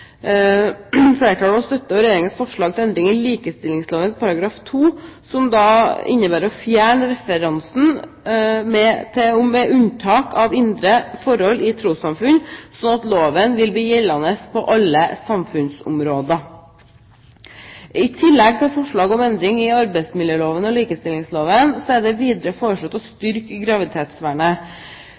Flertallet støtter Regjeringens forslag til endring i likestillingsloven § 2, som innebærer å fjerne referansen til «med unntak av indre forhold i trossamfunn», sånn at loven vil bli gjeldende på alle samfunnsområder. I tillegg til forslag om endring i arbeidsmiljøloven og likestillingsloven er det foreslått å styrke